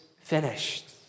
finished